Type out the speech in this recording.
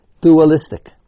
dualistic